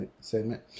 segment